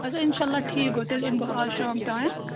اچھا اِنشاء اللہ ٹھیٖک گوٚو تیٚلہِ یِم بہٕ آز شام تانٮ۪تھ